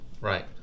Right